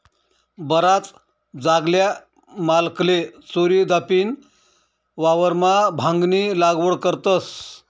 बराच जागल्या मालकले चोरीदपीन वावरमा भांगनी लागवड करतस